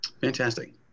Fantastic